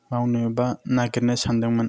मावनो बा नागिरनो सानदोंमोन